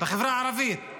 בחברה הערבית: